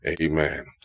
Amen